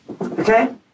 okay